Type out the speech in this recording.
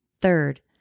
Third